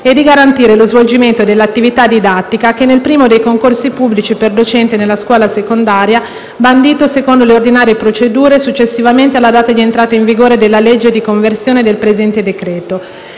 e di garantire lo svolgimento dell'attività didattica, che nel primo dei concorsi pubblici per docente nella scuola secondaria, bandito secondo le ordinarie procedure successivamente alla data di entrata in vigore della legge di conversione del presente decreto,